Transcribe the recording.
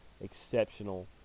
exceptional